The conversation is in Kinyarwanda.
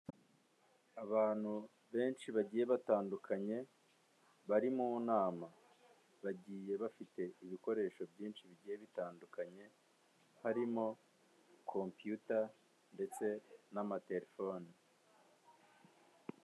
Abantu benshi bagiye batandukanye bari mu nama, bagiye bafite ibikoresho byinshi bigiye bitandukanye, harimo komputa ndetse n'amatelefoni.